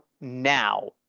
now